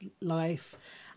life